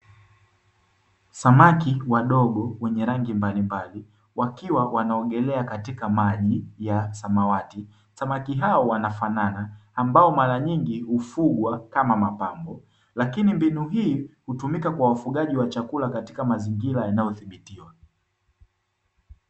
Samaki wadogo wenye rangi mbalimbali wakiwa wanaogelea katika maji ya samawati. Samaki hao wanafanana, ambao mara nyingi hufugwa kama mapambo, lakini mbinu hii hutumika kwa wafugaji wa chakula katika mazingira yanayodhibitiwa.